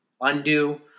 undo